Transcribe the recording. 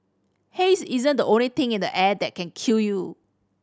haze isn't the only thing in the air that can kill you